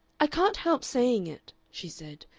i can't help saying it, she said,